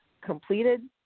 completed